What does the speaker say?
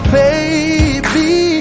baby